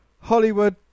Hollywood